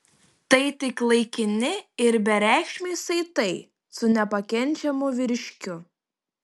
tai tik laikini ir bereikšmiai saitai su nepakenčiamu vyriškiu